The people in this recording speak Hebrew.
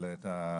אבל את הלועזי.